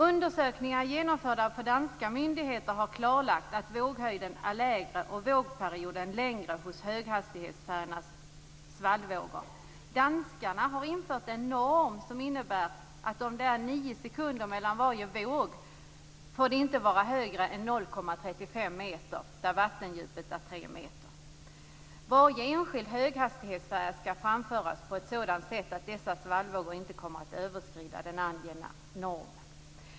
Undersökningar genomförda för danska myndigheter har klarlagt att våghöjden är lägre och vågperioden längre hos höghastighetsfärjornas svallvågor. Danskarna har infört en norm som innebär att vågorna inte får vara högre än 0,35 meter där vattendjupet är tre meter om det är nio sekunder mellan varje våg. Varje enskild höghastighetsfärja skall framföras på ett sådant sätt att dess svallvågor inte kommer att överskrida den angivna normen.